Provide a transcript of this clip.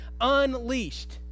unleashed